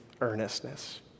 earnestness